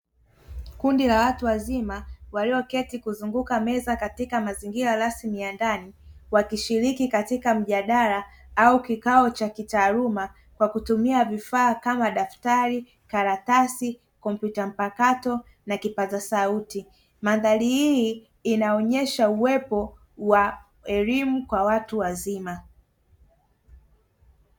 Kundi la watu wazima walioketi kuzunguka meza katika eneo rasmi la ndani wakishiriki katika mjadala au kikao cha kitaaluma kwa kutumia vifaa kama; daftari, karatasi, kompyuta mpakato na kipaza sauti. Mandhali hii inaonyesha uwepo wa elimu kwa watu wazima.